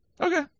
Okay